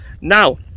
now